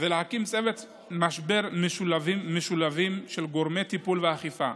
ולהקים צוותי משבר משולבים של גורמי טיפול ואכיפה,